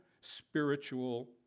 Spiritual